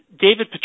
David